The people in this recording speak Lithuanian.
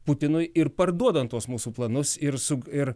putinui ir parduodant tuos mūsų planus ir suk ir